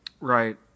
Right